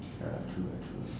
ya true ah true